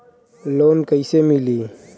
Loan कईसे मिली?